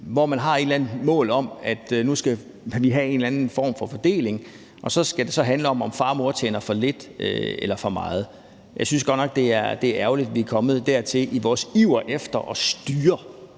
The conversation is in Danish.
eller andet mål om, at nu skal man have en eller anden form for fordeling, og så skal det så handle om, om far og mor tjener for lidt eller for meget. Jeg synes godt nok, det er ærgerligt, at vi er kommet dertil i vores iver efter at styre